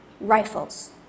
rifles